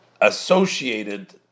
associated